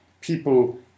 people